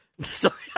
Sorry